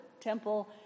temple